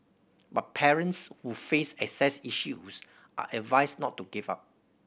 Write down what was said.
but parents who face access issues are advised not to give up